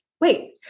wait